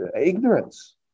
ignorance